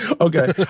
Okay